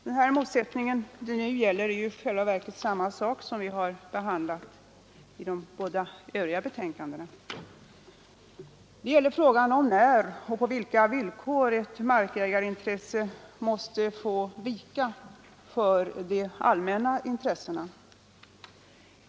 Denna motsättning gäller i själva verket samma sak som vi har behandlat i de båda tidigare betänkandena, nämligen frågan om när och på vilka villkor ett markägarintresse måste vika för de allmänna intressena.